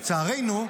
לצערנו,